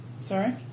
Sorry